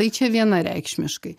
tai čia vienareikšmiškai